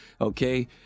okay